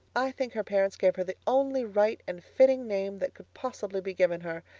i think her parents gave her the only right and fitting name that could possibly be given her,